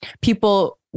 people